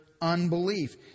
unbelief